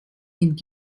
mit